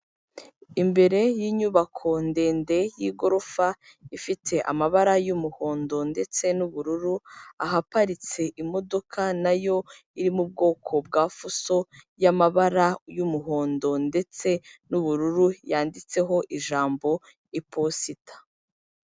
Imbere yinyubako ndende y'igorofa ifite amabara y'umuhondo ndetse n'ubururu, ahaparitse imodoka nayo iri mu bwoko bwa fuso y'amabara y'umuhondo ndetse n'ubururu yanditseho ijambo iposita.